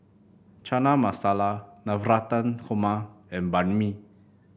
Chana Masala Navratan Korma and Banh Mi